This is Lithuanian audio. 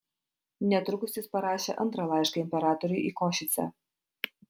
netrukus jis parašė antrą laišką imperatoriui į košicę